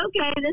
okay